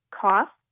Cost